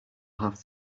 have